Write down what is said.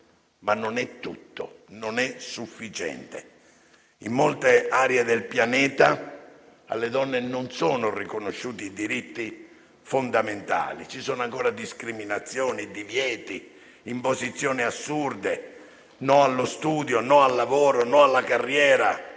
ma non è tutto, non è sufficiente. In molte aree del pianeta alle donne non sono riconosciuti i diritti fondamentali; ci sono ancora discriminazioni, divieti, imposizioni assurde: no allo studio, no al lavoro, no alla carriera,